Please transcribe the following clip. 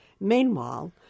Meanwhile